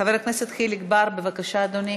חבר הכנסת חיליק בר, בבקשה, אדוני,